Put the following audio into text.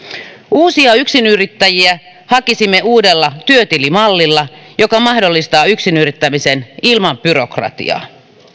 uusia yksinyrittäjiä hakisimme uudella työtilimallilla joka mahdollistaa yksinyrittämisen ilman byrokratiaa